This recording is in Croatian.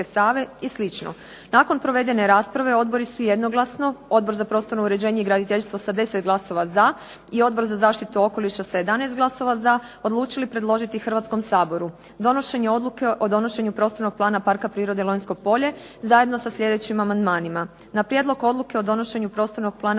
Save i slično. Nakon provedene rasprave odbori su jednoglasno, Odbor za prostorno uređenje i graditeljstvo sa 10 glasova za i Odbor za zaštitu okoliša sa 11 glasova za, odlučili predložiti Hrvatskom saboru donošenje Odluke o donošenju prostornog plana Parka prirode Lonjsko polje zajedno sa sljedećim amandmanima. Na prijedlog Odluke o donošenju prostornog Parka